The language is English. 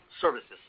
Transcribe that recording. services